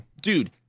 Dude